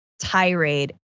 tirade